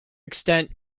extent